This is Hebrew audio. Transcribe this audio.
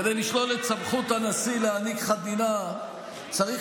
כדי לשלול את סמכות הנשיא להעניק חנינה צריך